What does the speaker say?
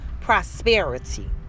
prosperity